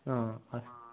हा अस्तु